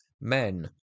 men